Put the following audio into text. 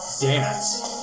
dance